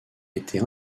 été